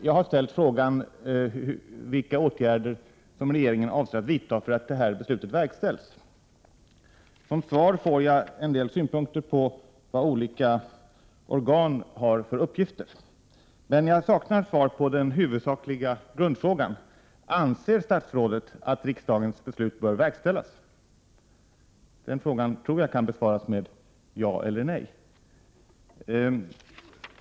Jag har ställt frågan vilka åtgärder regeringen avser att vidta för att beslutet skall verkställas. Som svar får jag en del synpunkter på vad olika organ har för uppgifter. Jag saknar dock svar på själva grundfrågan: Anser statsrådet att riksdagens beslut bör verkställas? Den frågan tror jag kan besvaras med ja eller nej.